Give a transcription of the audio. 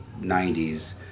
90s